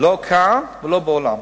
לא כאן ולא בעולם.